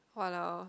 !walao!